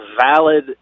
valid